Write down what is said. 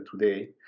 today